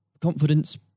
confidence